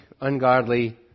ungodly